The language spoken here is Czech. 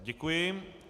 Děkuji.